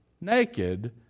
naked